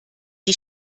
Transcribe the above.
die